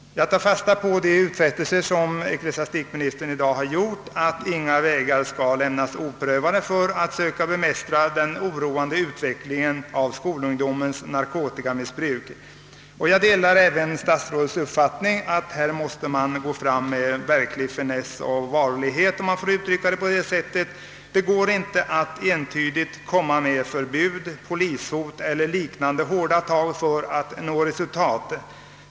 Jag tar fasta på de utfästelser som ecklesiastikministern i dag har gjort, att inga vägar skall lämnas oprövade för att söka bemästra den oroande utvecklingen av skolungdomens narkotikamissbruk. Jag delar statsrådets uppfattning att man måste gå fram med verklig finess och varlighet. Det går inte att bara komma med förbud, polishot eller liknande om man vill nå resultat.